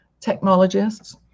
technologists